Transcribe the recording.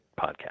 podcast